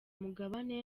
umugabane